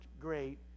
great